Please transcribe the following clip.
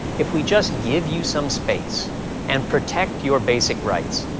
if we just give you some space and protect your basic rights,